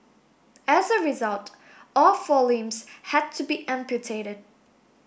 as a result all four limbs had to be amputated